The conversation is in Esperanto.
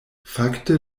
fakte